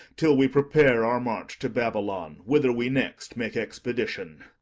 till we prepare our march to babylon, whither we next make expedition.